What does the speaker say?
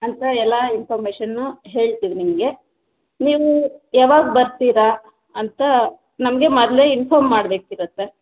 ಅಂತ ಎಲ್ಲ ಇನ್ಫಮೇಷನ್ನೂ ಹೇಳ್ತೀವಿ ನಿಮಗೆ ನೀವು ಯಾವಾಗ ಬರ್ತೀರ ಅಂತ ನಮಗೆ ಮೊದ್ಲೇ ಇನ್ಫಮ್ ಮಾಡಬೇಕಿರತ್ತೆ